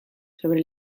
sobre